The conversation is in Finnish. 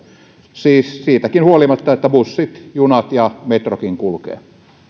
siis siitäkin huolimatta että bussit junat ja metrokin kulkevat